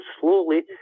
slowly